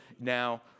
now